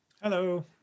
Hello